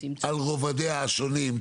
על רבדיה השונים,